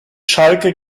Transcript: schalke